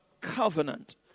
covenant